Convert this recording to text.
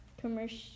commercial